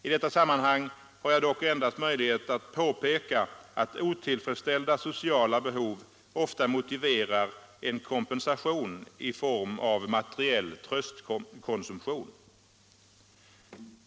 I detta sammanhang har jag dock endast möjlighet att påpeka att otillfredsställda sociala behov motiverar en kompensation i form av materiell tröstkonsumtion.